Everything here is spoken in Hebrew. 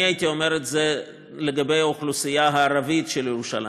אני הייתי אומר את זה לגבי האוכלוסייה הערבית של ירושלים,